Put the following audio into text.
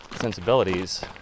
sensibilities